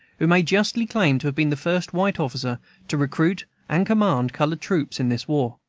who may justly claim to have been the first white officer to recruit and command colored troops in this war.